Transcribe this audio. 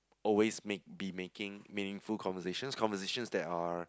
always make be making meaningful conversations conversations that are